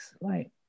right